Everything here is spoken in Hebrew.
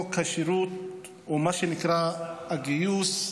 מה שנקרא הגיוס.